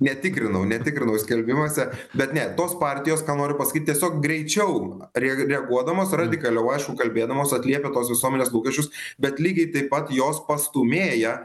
netikrinau netikrinau skelbimuose bet ne tos partijos ką noriu pasakyt tiesiog greičiau rei reaguodamas radikaliau aišku kalbėdamas atliepia tos visuomenės lūkesčius bet lygiai taip pat jos pastūmėja